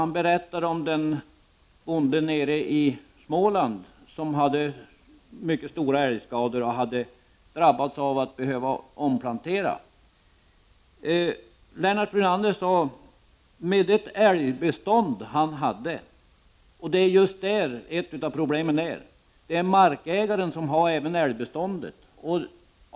Han berättade om en bonde i Småland som hade drabbats av stora älgskador och tvingats att göra omplanteringar. Lennart Brunander talade om ”det älgbestånd som den bonden har”. Det är just detta som är ett problem, nämligen att markägaren har även älgbeståndet.